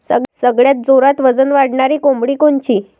सगळ्यात जोरात वजन वाढणारी कोंबडी कोनची?